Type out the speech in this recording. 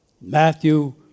Matthew